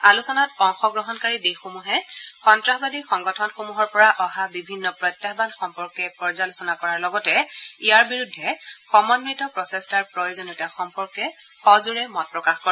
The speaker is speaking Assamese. আলোচনাত অংশগ্ৰহণকাৰী দেশসমূহে সন্নাসবাদী সংগঠনসমূহৰ পৰা অহা বিভিন্ন প্ৰত্যাহান সম্পৰ্কে পৰ্যালোচনা কৰাৰ লগতে ইয়াৰ বিৰুদ্ধে সমন্বিত প্ৰচেষ্টাৰ প্ৰয়োজনীয়তা সম্পৰ্কে সজোৰে মত প্ৰকাশ কৰে